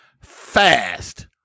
Fast